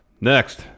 Next